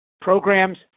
programs